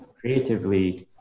creatively